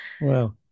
Wow